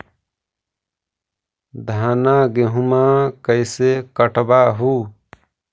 धाना, गेहुमा कैसे कटबा हू?